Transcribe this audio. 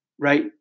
right